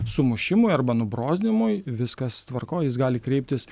sumušimui arba nubrozdinimui viskas tvarkoj jis gali kreiptis